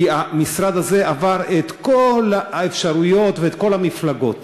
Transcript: כי המשרד הזה עבר את כל האפשרויות ואת כל המפלגות.